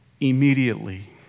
immediately